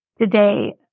today